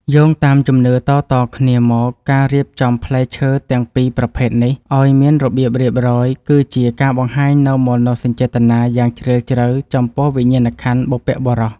យោងតាមជំនឿតៗគ្នាមកការរៀបចំផ្លែឈើទាំងពីរប្រភេទនេះឱ្យមានរបៀបរៀបរយ គឺជាការបង្ហាញនូវមនោសញ្ចេតនាយ៉ាងជ្រាលជ្រៅចំពោះវិញ្ញាណក្ខន្ធបុព្វបុរស។